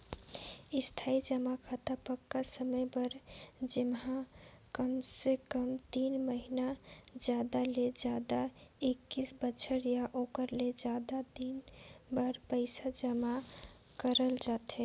इस्थाई जमा खाता पक्का समय बर जेम्हा कमसे कम तीन महिना जादा ले जादा एक्कीस बछर या ओखर ले जादा दिन बर पइसा जमा करल जाथे